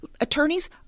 Attorneys